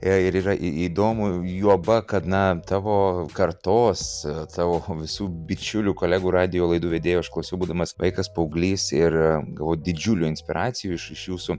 e ir yra įdomu juoba kad na tavo kartos tavo visų bičiulių kolegų radijo laidų vedėjų aš klausiu būdamas vaikas paauglys ir gavau didžiulių inspiracijų iš iš jūsų